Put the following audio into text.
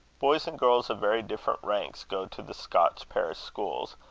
boys and girls of very different ranks go to the scotch parish schools,